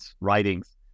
writings